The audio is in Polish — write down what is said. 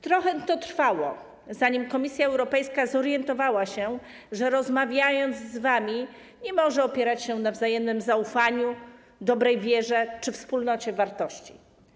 Trochę to trwało, zanim Komisja Europejska zorientowała się, że rozmawiając z wami, nie może opierać się na wzajemnym zaufaniu, dobrej wierze czy wspólnocie wartości.